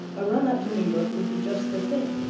a run up to new york would be just the thing.